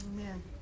Amen